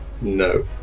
No